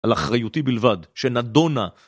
על אחריותי בלבד, שנדונה